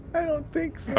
i don't think so.